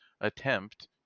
attempt